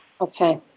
Okay